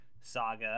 saga